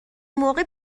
موقع